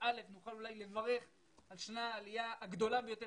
תשפ"א לברך על שנת העלייה הגדולה ביותר